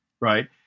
right